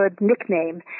nickname